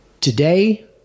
today